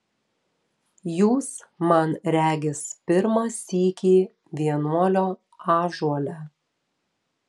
jūs man regis pirmą sykį vienuolio ąžuole